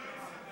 מספיק